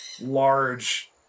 large